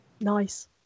Nice